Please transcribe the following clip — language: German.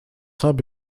habe